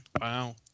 Wow